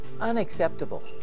unacceptable